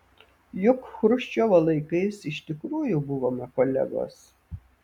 juk chruščiovo laikais iš tikrųjų buvome kolegos